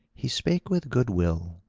he spake with goodwill,